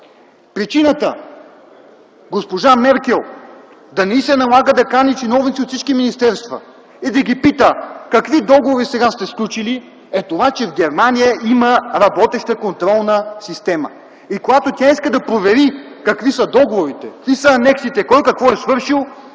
се налага госпожа Меркел да кани чиновници от всички министерства и да ги пита: „Какви договори сега сте сключили?”, е тази, че Германия има работеща контролна система. Когато тя иска да провери какви са договорите, какви са анексите, кой какво е свършил